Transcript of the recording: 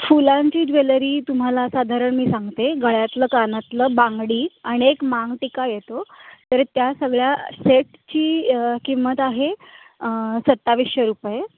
फुलांची ज्वेलरी तुम्हाला साधारण मी सांगते गळ्यातलं कानातलं बांगडी आणि एक मांगटिका येतो तर त्या सगळ्या सेटची किंमत आहे सत्तावीसशे रुपये